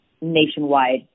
nationwide